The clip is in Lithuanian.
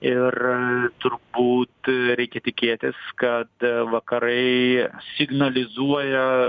ir turbūt reikia tikėtis kad vakarai signalizuoja